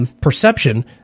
Perception